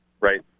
right